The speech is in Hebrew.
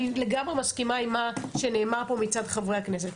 אני לגמרי מסכימה עם מה שנאמר פה מצד חברי הכנסת.